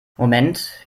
moment